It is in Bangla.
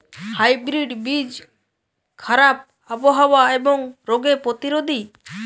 হাইব্রিড বীজ খারাপ আবহাওয়া এবং রোগে প্রতিরোধী